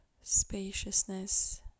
spaciousness